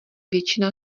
většina